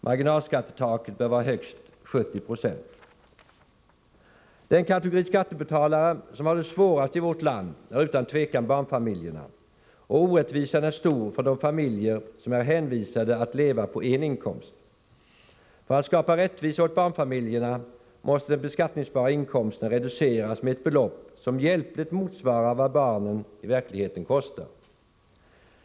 Marginalskattetaket bör vara högst 70 96. Den kategori skattebetalare som har det svårast i vårt land är utan tvivel barnfamiljerna, och orättvisan är stor för de familjer som är hänvisade att leva på en inkomst. För att skapa rättvisa åt barnfamiljerna måste den beskattningsbara inkomsten reduceras med ett belopp som hjälpligt motsvarar vad barnen i verkligheten kostar.